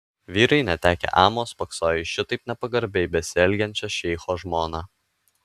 vyrai netekę amo spoksojo į šitaip nepagarbiai besielgiančią šeicho žmoną